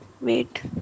wait